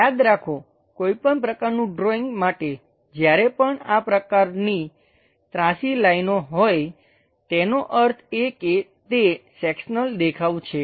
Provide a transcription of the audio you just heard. યાદ રાખો કોઈપણ પ્રકારનું ડ્રૉઇંગ માટે જ્યારે પણ આ પ્રકારની ત્રાસી લાઈનો હોય તેનો અર્થ એ કે તે સેકશનલ દેખાવ છે